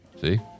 See